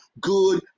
good